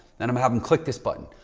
then i'm have them click this button.